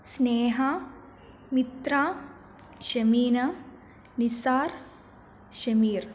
Sneha Mitra Shemeena Nisar Shemeer